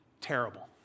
terrible